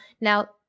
Now